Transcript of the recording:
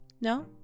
No